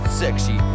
sexy